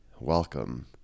welcome